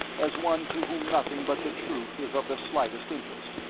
as one to whom nothing but the truth is of the slightest interest.